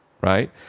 Right